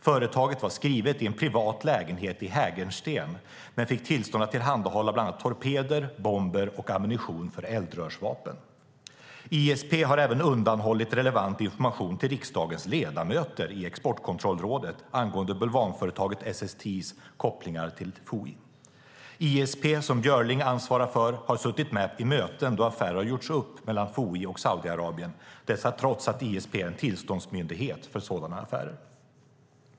Företaget var skrivet i en privat lägenhet i Hägersten men fick tillstånd att tillhandahålla bland annat torpeder, bomber och ammunition för eldrörsvapen. ISP har även undanhållit relevant information till riksdagens ledamöter i Exportkontrollrådet angående bulvanföretaget SSTI:s kopplingar till FOI. ISP, som Björling ansvarar för, har suttit med i möten då affärer har gjorts upp mellan FOI och Saudiarabien. Detta har skett trots att ISP är en tillståndsmyndighet för sådana affärer.